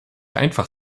einfach